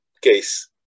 case